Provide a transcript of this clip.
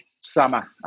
summer